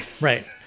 right